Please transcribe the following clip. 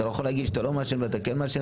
אתה לא יכול להגיד שאתה לא מעשן ואתה כן מעשן.